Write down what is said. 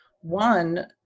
one